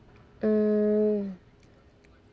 mm